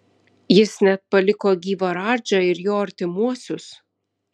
jis net paliko gyvą radžą ir jo artimuosius